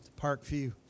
Parkview